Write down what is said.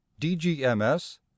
DGMS